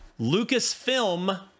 Lucasfilm